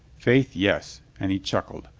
faith, yes, and he chuckled.